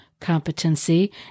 competency